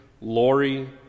Lori